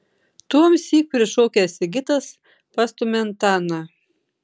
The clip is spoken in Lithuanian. tuomsyk prišokęs sigitas pastumia antaną